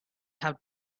have